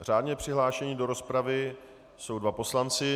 Řádně přihlášeni do rozpravy jsou dva poslanci.